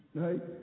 right